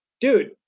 dude